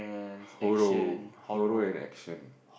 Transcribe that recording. horror horror and action